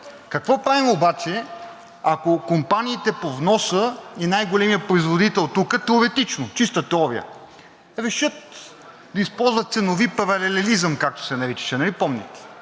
какво правим обаче, ако компаниите по вноса и най-големият производител тук – теоретично, чиста теория, решат да използват ценови паралелизъм, както се наричаше, нали помните,